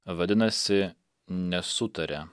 vadinasi nesutaria